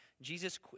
Jesus